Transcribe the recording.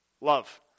love